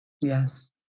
Yes